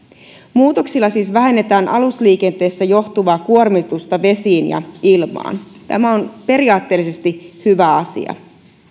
muutoksilla siis vähennetään alusliikenteestä johtuvaa kuormitusta vesiin ja ilmaan tämä on periaatteellisesti hyvä asia